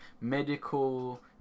medical